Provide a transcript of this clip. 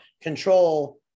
Control